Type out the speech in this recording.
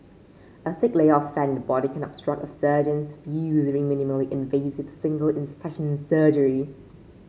a thick layer of fat in the body can obstruct a surgeon's view during minimally invasive single incision surgery